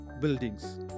buildings